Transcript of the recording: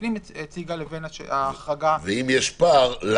הפנים הציגה לבין ההחרגה --- ואם יש פער.